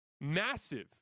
massive